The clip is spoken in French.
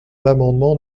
l’amendement